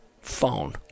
phone